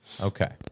okay